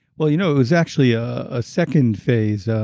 well, you know, it was actually a ah second phase. ah